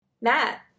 Matt